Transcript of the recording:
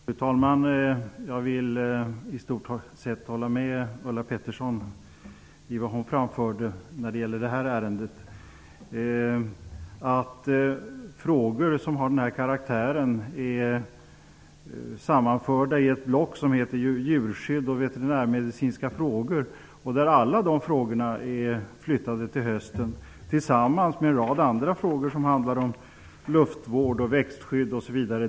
Fru talman! Jag vill i stort sett hålla med om vad Ulla Pettersson har framfört i detta ärende. Ärenden av denna karaktär är sammanförda i ett block som behandlar djurskydd och veterinärmedicinska frågor. Alla frågor är flyttade till hösten tillsammans med en rad andra frågor som handlar om luftvård, växtskydd osv.